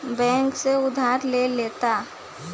bank से उधार ले लेता